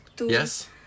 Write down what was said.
Yes